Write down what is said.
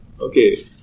Okay